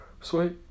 Sweet